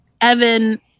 Evan